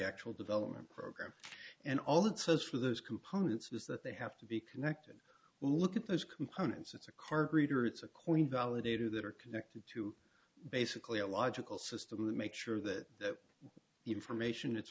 actual development program and all it says for those components is that they have to be connected well look at those components it's a card reader it's a coin validator that are connected to basically a logical system to make sure that the information i